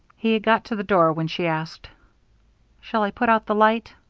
he had got to the door when she asked shall i put out the light?